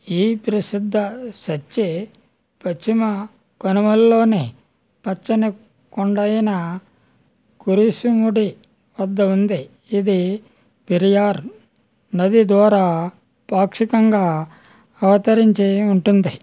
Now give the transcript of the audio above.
ఈ ప్రసిద్ధ సచ్చె పశ్చిమ కనుమల్లోని పచ్చని కొండ అయిన కురిసుముడి వద్ద ఉంది ఇది పెరియార్ నది ద్వారా పాక్షికంగా అవతరించి ఉంటుంది